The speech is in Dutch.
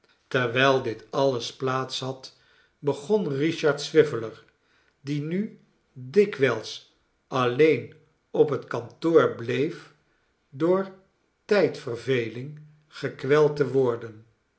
terwijl dit alles plaats had begon richard swiveller die nu dikwijls alleen op het kantoor bleef door tijdverveling gekweld te worden